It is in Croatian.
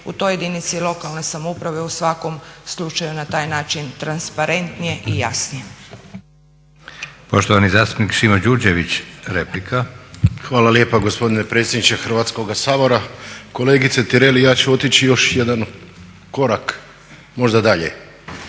u toj jedinici lokalne samouprave u svakom slučaju na taj način transparentnije i jasnije.